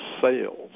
sales